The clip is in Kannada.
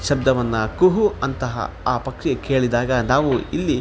ಶಬ್ದವನ್ನು ಕುಹೂ ಅಂತಹ ಆ ಪಕ್ಷಿ ಕೇಳಿದಾಗ ನಾವು ಇಲ್ಲಿ